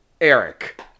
Eric